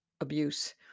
abuse